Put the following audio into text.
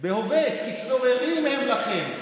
בהווה, "כי צררים הם לכם".